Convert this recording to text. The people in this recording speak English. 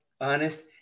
honest